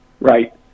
Right